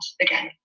again